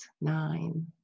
nine